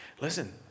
Listen